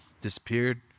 Disappeared